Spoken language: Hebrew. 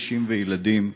נשים וילדים,